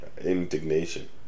Indignation